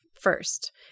first